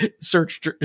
search